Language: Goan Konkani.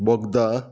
बोगदा